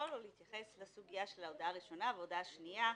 לסוגיה של הודעה ראשונה והודעה שנייה,